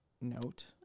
note